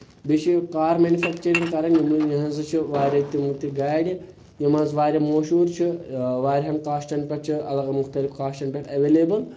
بیٚیہِ چھِ car manufacturing کَران یِم چھِ واریاہ تِم تہِ گاڑِ یِم حظ واریاہ موشوٗر چھِ واریاہَن کاسٹَن پؠٹھ چھِ الگ مُختٔلف کاسٹن پؠٹھ ایٚولیبٕل